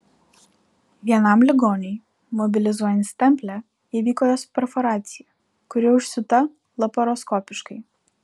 vienam ligoniui mobilizuojant stemplę įvyko jos perforacija kuri užsiūta laparoskopiškai